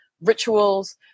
rituals